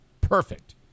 Perfect